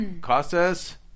Costas